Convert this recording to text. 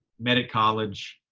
met at college,